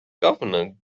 governor